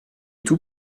tout